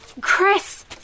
Chris